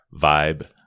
vibe